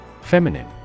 Feminine